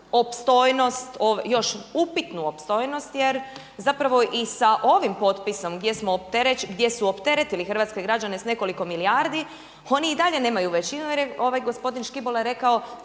još upitnu opstojnost jer zapravo i sa ovim potpisom gdje su opteretili hrvatske građane sa nekoliko milijardi oni i dalje nemaju većinu, jer je ovaj gospodin Škibola je rekao